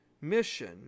mission